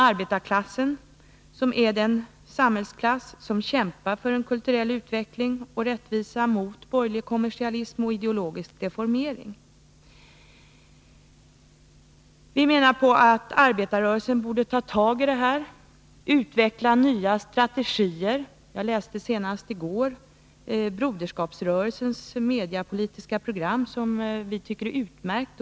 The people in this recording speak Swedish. Arbetarklassen är den samhällsklass som kämpar för kulturell utveckling och rättvisa mot borgerlig kommersialism och ideologisk deformering. Vi menar att arbetarrörelsen borde ta tag i det här och utveckla nya strategier. Jag läste senast i går broderskapsrörelsens mediepolitiska program, som vi tycker är utmärkt.